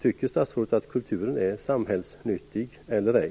Tycker statsrådet att kulturen är samhällsnyttig eller ej?